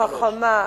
החכמה,